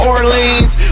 Orleans